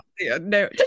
No